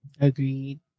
Agreed